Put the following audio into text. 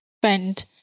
friend